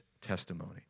testimony